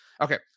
Okay